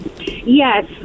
Yes